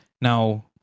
Now